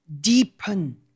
deepen